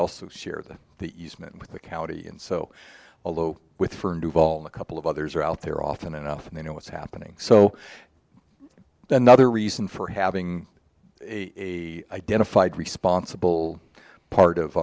also share that with the county and so although with a firm to fall a couple of others are out there often enough and they know what's happening so another reason for having a identified responsible part of